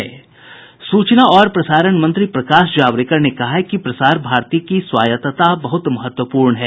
सूचना और प्रसारण मंत्री प्रकाश जावड़ेकर ने कहा है कि प्रसार भारती की स्वायत्तता बहुत महत्वपूर्ण है